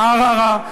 בערערה,